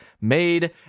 made